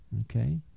Okay